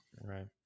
right